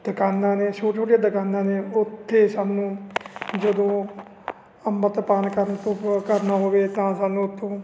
ਦੁਕਾਨਾਂ ਨੇ ਛੋਟੀਆਂ ਛੋਟੀਆਂ ਦੁਕਾਨਾਂ ਨੇ ਉੱਥੇ ਸਾਨੂੰ ਜਦੋਂ ਅੰਮ੍ਰਿਤ ਪਾਨ ਕਰਨ ਤੋਂ ਕਰਨਾ ਹੋਵੇ ਤਾਂ ਸਾਨੂੰ ਉੱਥੋਂ